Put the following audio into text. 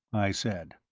i said.